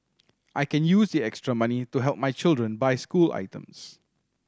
I can use the extra money to help my children buy school items